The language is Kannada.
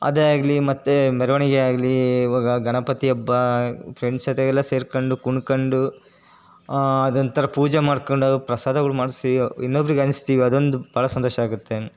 ಅದೇ ಆಗಲಿ ಮತ್ತು ಮೆರವಣಿಗೆಯಾಗಲಿ ಇವಾಗ ಗಣಪತಿ ಹಬ್ಬ ಫ್ರೆಂಡ್ಸ್ ಜೊತೆಗೆಲ್ಲ ಸೇರ್ಕೊಂಡು ಕುಣ್ಕೊಂಡು ಅದೊಂದು ಥರ ಪೂಜೆ ಮಾಡ್ಕೊಂಡು ಪ್ರಸಾದಗಳು ಮಾಡಿಸಿ ಇನ್ನೊಬ್ರಿಗೆ ಹಂಚ್ತೀವಿ ಅದೊಂದು ಭಾಳ ಸಂತೋಷ ಆಗುತ್ತೆ